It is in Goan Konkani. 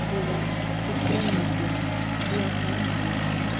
गोवा चित्रा म्युजियम जी आसा बाणावलीन